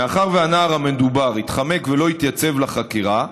מאחר שהנער המדובר התחמק ולא התייצב לחקירה,